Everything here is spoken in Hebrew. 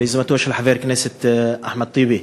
ביוזמתו של חבר הכנסת אחמד טיבי.